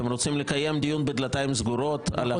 אתם רוצים לקיים דיון בדלתיים סגורות על החוק הזה?